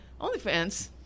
OnlyFans